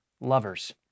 lovers